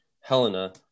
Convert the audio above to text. Helena